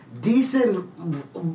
Decent